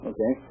Okay